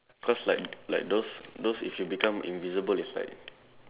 cause like like those those if you become invisible is like